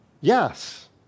yes